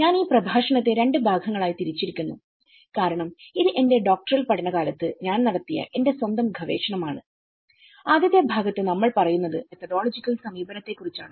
ഞാൻ ഈ പ്രഭാഷണത്തെ രണ്ട് ഭാഗങ്ങളായി തിരിച്ചിരിക്കുന്നു കാരണം ഇത് എന്റെ ഡോക്ടറൽപഠനകാലത്ത് ഞാൻ നടത്തിയ എന്റെ സ്വന്തം ഗവേഷണമാണ് ആദ്യത്തെ ഭാഗത്തു നമ്മൾ പറയുന്നത് മെത്തോഡോളജിക്കൽസമീപനത്തെ കുറിച്ചാണ്